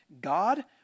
God